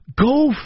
Go